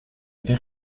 avait